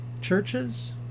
churches